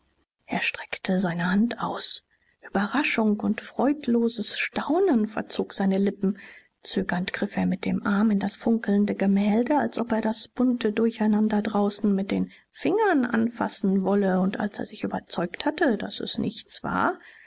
er streckte seine hand aus überraschung und freudloses staunen verzog seine lippen zögernd griff er mit dem arm in das funkelnde gemälde als ob er das bunte durcheinander draußen mit den fingern anfassen wolle und als er sich überzeugt hatte daß es nichts war